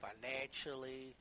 financially